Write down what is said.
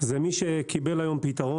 זה מי שקיבל היום פתרון,